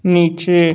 नीचे